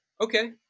Okay